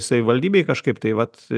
savivaldybei kažkaip tai vat